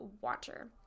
water